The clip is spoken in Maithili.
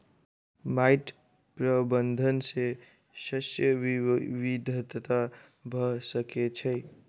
माइट प्रबंधन सॅ शस्य विविधता भ सकै छै